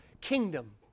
kingdom